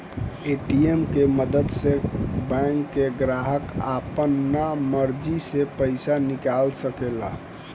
ATM के मदद से बैंक के ग्राहक आपना मर्जी से पइसा निकाल सकेला